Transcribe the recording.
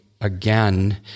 again